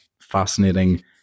fascinating